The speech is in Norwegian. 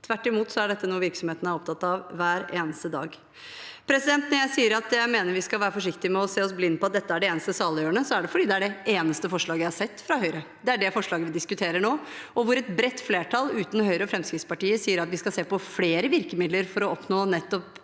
Tvert imot er dette noe virksomhetene er opptatt av hver eneste dag. Når jeg sier at jeg mener vi skal være forsiktige med å se oss blind på at dette er det eneste saliggjørende, er det fordi det eneste forslaget jeg har sett fra Høyre, er det forslaget vi diskuterer nå, mens et bredt flertall, utenom Høyre og Fremskrittspartiet, sier at vi skal se på flere virkemidler for å oppnå nettopp